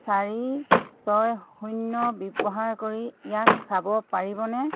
চাৰি ছয় শূন্য ব্যৱহাৰ কৰি ইয়াক চাব পাৰিবনে